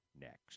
next